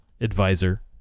advisor